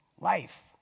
life